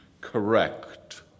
correct